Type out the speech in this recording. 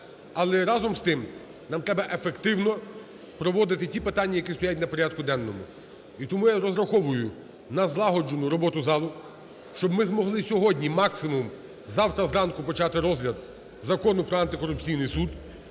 Але, разом з тим, нам треба ефективно проводити ті питання, які стоять на порядку денному. І тому я розраховую на злагоджену роботу залу, щоб ми змогли сьогодні, максимум завтра зранку, почати розгляд Закону про антикорупційний суд.